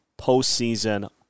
postseason